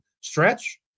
stretch